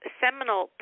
seminal